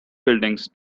buildings